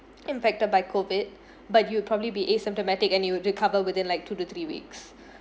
impacted by COVID but you probably be asymptomatic and you would recover within like two to three weeks